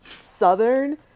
Southern